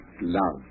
love